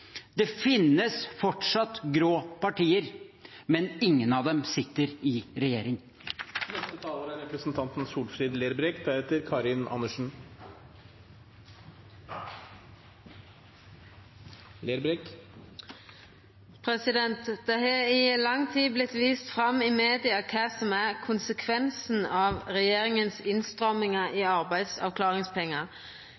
Det finnes fortsatt grå partier, men ingen av dem sitter i regjering. Media har i lang tid vist fram kva som er konsekvensen av regjeringas innstrammingar i arbeidsavklaringspengane. Tusenvis av personar står no heilt utan inntekt. Nokre av dei får ein fattig slant i